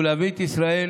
ולהביא את ישראל